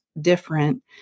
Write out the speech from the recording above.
different